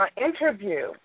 interview